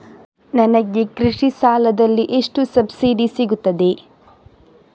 ನನಗೆ ಕೃಷಿ ಸಾಲದಲ್ಲಿ ಎಷ್ಟು ಸಬ್ಸಿಡಿ ಸೀಗುತ್ತದೆ?